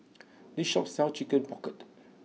this shop sells chicken pocket